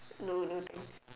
no no no